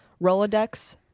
Rolodex